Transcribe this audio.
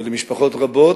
למשפחות רבות,